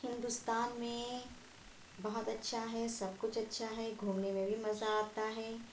ہندوستان میں بہت اچھا ہے سب کچھ اچھا ہے گھومنے میں بھی مزہ آتا ہے